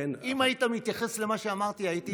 אם היית מתייחס למה שאמרתי הייתי מאוד מרוצה.